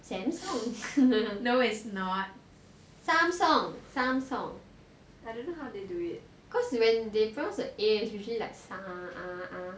no it's not samsung samsung I don't know how they do it cause when they pronounce the a is usually like sam~ ah ah ah